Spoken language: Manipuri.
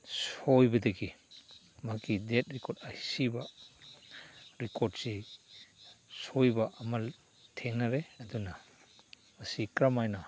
ꯁꯣꯏꯕꯗꯒꯤ ꯃꯍꯥꯛꯀꯤ ꯗꯦꯗ ꯔꯦꯀꯣꯔꯠ ꯑꯁꯤꯕ ꯔꯦꯀꯣꯔꯠꯁꯤ ꯁꯣꯏꯕ ꯑꯃ ꯊꯦꯡꯅꯔꯦ ꯑꯗꯨꯅ ꯑꯁꯤ ꯀꯔꯝ ꯍꯥꯏꯅ